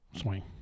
swing